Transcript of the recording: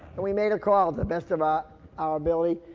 and we made a call the best of our, our ability,